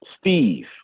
Steve